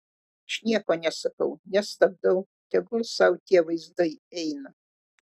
aš nieko nesakau nestabdau tegul sau tie vaizdai eina